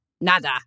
nada